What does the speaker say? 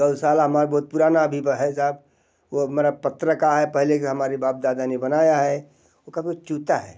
गौशाला मार्ग बहुत पुराना अभी भी है भाइ साहब वो हमारा पत्र का है पहले का हमारे बाप दादा ने बनाया है वो कभी चूता है